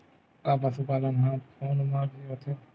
का पशुपालन ह फोन म भी होथे?